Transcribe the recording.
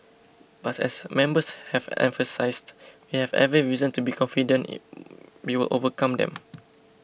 but as members have emphasised we have every reason to be confident we will overcome them